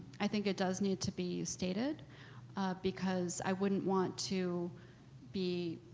i think it does need to be stated because i wouldn't want to be,